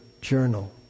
journal